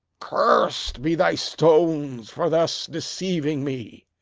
curs'd be thy stones for thus deceiving me!